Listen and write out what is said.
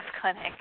clinic